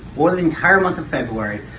for the entire month of february,